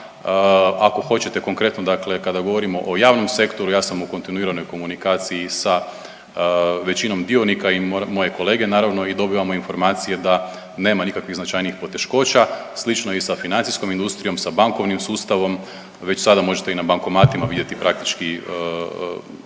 Ako hoćete konkretno dakle kada govorimo o javnom sektoru, ja sam u kontinuiranoj komunikaciji sa većinom dionika i moje kolege naravno i dobivamo informacije da nema nikakvih značajnijih poteškoća. Slično je i sa financijskom industrijom, sa bankovnim sustavom već sada možete i na bankomatima vidjeti praktički